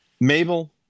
Mabel